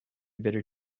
bitter